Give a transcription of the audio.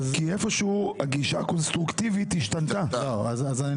כי הגישה הקונסטרוקטיבית השתנה באזור הזה.